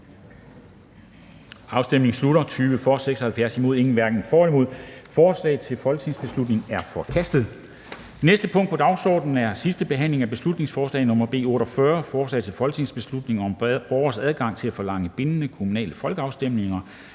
hverken for eller imod stemte 0. Forslag til folketingsbeslutning er forkastet. --- Det næste punkt på dagsordenen er: 49) 2. (sidste) behandling af beslutningsforslag nr. B 48: Forslag til folketingsbeslutning om borgeres adgang til at forlange bindende kommunale folkeafstemninger.